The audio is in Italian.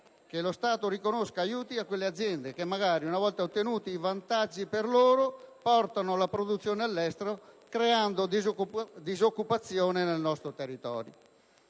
che lo Stato riconosca aiuti a quelle aziende che magari, una volta ottenuti i vantaggi per loro, portano la produzione all'estero, creando disoccupazione nel nostro territorio.